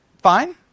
fine